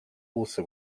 also